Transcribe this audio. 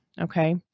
okay